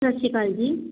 ਸਤਿ ਸ਼੍ਰੀ ਅਕਾਲ ਜੀ